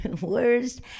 worst